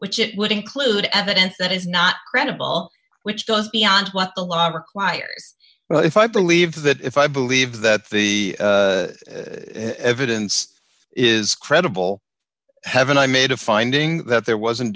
which it would include evidence that is not credible which goes beyond what the law requires well if i believe that if i believe that the evidence is credible haven't i made a finding that there wasn't